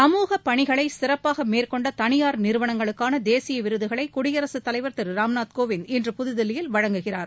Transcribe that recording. சமூகப் பணிகளை சிறப்பாக மேற்கொண்ட தனியார் நிறுவனங்களுக்கான தேசிய விருதுகளை குடியரசுத் தலைவர் திரு ராம்நாத் கோவிந்த் இன்று புதுதில்லியில் வழங்குகிறார்